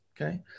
Okay